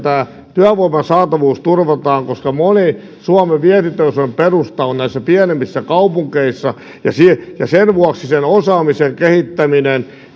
työvoiman saatavuus turvataan koska moni suomen vientiteollisuuden perusta on näissä pienemmissä kaupungeissa ja sen vuoksi sen osaamisen kehittäminen